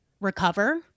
recover